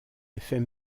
effet